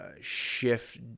shift